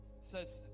says